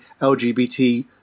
LGBT